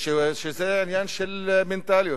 שזה עניין של מנטליות.